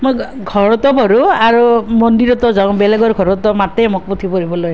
মই ঘৰতে পঢ়োঁ আৰু মন্দিৰতো যাওঁ বেলেগৰ ঘৰতো মোক মাতে পুথি পঢ়িবলৈ